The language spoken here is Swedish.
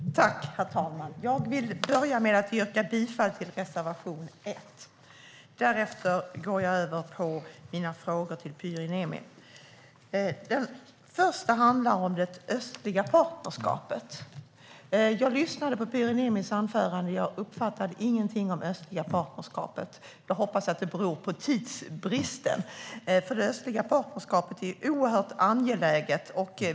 Herr talman! Jag vill börja med att yrka bifall till reservation 1. Därefter går jag över till mina frågor till Pyry Niemi. Den första frågan handlar om det östliga partnerskapet. Jag lyssnade på Pyry Niemis anförande, men jag uppfattade ingenting om det östliga partnerskapet. Jag hoppas att det beror på tidsbristen. Det östliga partnerskapet är oerhört angeläget.